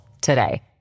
today